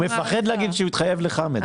הוא מפחד להגיד שהוא התחייב לחמד.